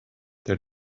their